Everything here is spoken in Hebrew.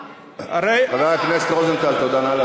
חבר הכנסת רוזנטל, תודה, תודה.